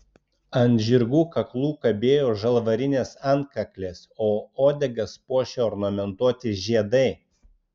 ant žirgų kaklų kabėjo žalvarinės antkaklės o uodegas puošė ornamentuoti žiedai